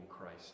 Christ